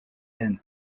and